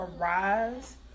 arise